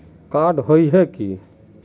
Card होय है की?